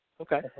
okay